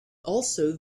also